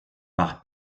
par